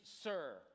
sir